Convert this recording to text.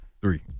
Three